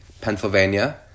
Pennsylvania